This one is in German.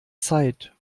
zeit